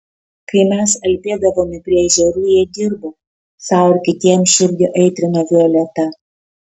kai mes alpėdavome prie ežerų jie dirbo sau ir kitiems širdį aitrino violeta